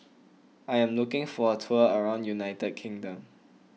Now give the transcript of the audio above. I am looking for a tour around United Kingdom